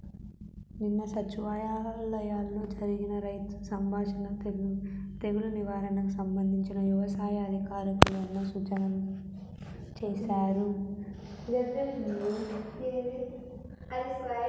నిన్న సచివాలయంలో జరిగిన రైతు సదస్సులో తెగుల్ల నిర్వహణకు సంబంధించి యవసాయ అధికారులు ఎన్నో సూచనలు చేశారు